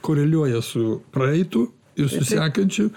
koreliuoja su praeitu ir su sekančiu